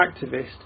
activist